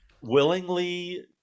Willingly